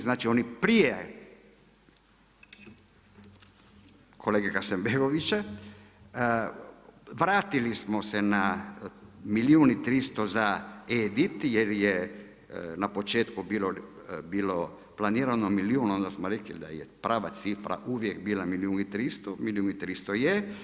Znači oni prije kolege Hasanbegovića vratili smo se na milijun i 300 za edit, jer je na početku bilo planirano milijun, onda smo rekli da je prava cifra uvijek bila milijun i 300, milijun i 300 je.